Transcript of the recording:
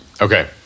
Okay